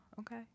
Okay